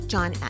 John